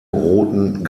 roten